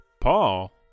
Paul